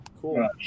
cool